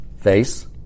Face